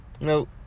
Nope